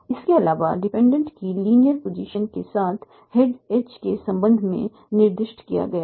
इसके अलावा डिपेंडेंट की लीनियर पोजीशन के साथ हेड H के संबंध में निर्दिष्ट किया गया है